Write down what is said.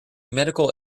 medical